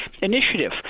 initiative